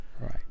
Right